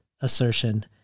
assertion